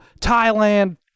Thailand